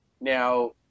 Now